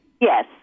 Yes